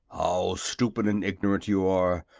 how stupid and ignorant you are,